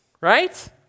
right